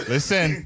Listen